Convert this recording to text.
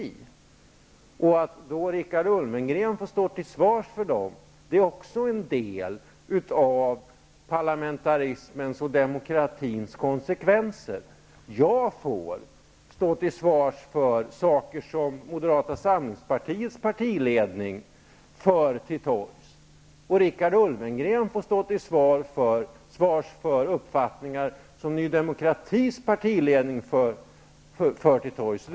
Att Richard Ulfvengren då får stå till svars för dem är också en del av parlamentarismens och demokratins konsekvenser. Jag får stå till svars för saker som Moderata samlingspartiets partiledning för till torgs, och Richard Ulfvengren får stå till svars för uppfattningar som Ny demokratis partiledning för till torgs.